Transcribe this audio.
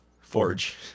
Forge